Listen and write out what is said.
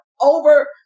over